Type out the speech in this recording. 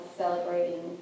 celebrating